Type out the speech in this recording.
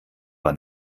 war